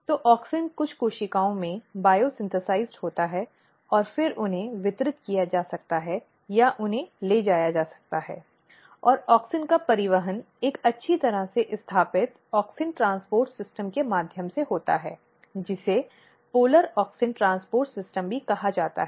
तो ऑक्सिन कुछ कोशिकाओं में जैव संश्लेषित होता है और फिर उन्हें वितरित किया जा सकता है या उन्हें ले जाया जा सकता है और ऑक्सिन का परिवहन एक अच्छी तरह से स्थापित ऑक्सिन परिवहन प्रणाली के माध्यम से होता है जिसे ध्रुवीय ऑक्सिन परिवहन प्रणाली भी कहा जाता है